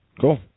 Cool